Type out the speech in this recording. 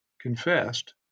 confessed